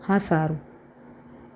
હા સારું